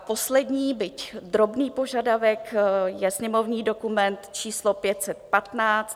Poslední, byť drobný požadavek je sněmovní dokument číslo 515.